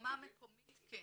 ברמה המקומית כן.